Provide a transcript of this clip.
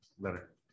Better